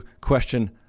question